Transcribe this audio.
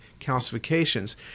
calcifications